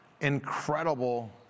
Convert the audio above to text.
incredible